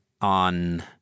on